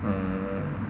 mm